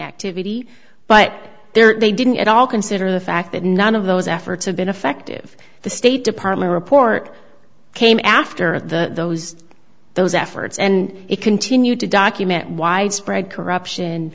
activity but there they didn't at all consider the fact that none of those efforts have been effective the state department report came after of the those efforts and it continued to document widespread corruption